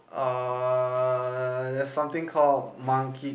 err something called monkey